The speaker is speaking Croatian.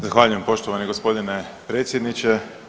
Zahvaljujem poštovani gospodine predsjedniče.